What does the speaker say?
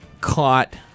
caught